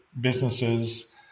businesses